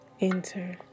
Enter